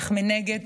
אך מנגד,